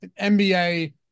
NBA